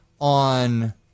on